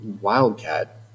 wildcat